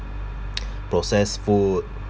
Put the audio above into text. processed food